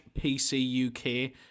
PCUK